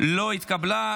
לא התקבלה.